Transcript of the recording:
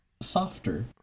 softer